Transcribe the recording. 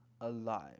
alive